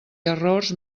errors